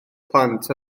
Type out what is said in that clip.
plant